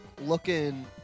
looking